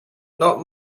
not